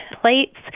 plates